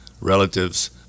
relatives